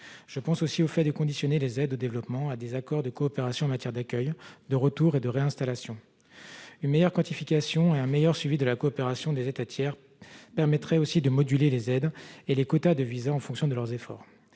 Je pense également à la conditionnalité des aides au développement à des accords de coopération en matière d'accueil, de retour et de réinstallation. Une meilleure quantification et un meilleur suivi de la coopération des États tiers permettraient aussi de moduler les aides et les quotas de visas en fonction de leurs efforts.